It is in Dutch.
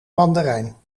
mandarijn